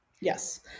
Yes